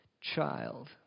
child